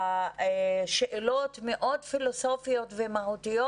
בשאלות מאוד פילוסופיות ומהותיות,